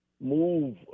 move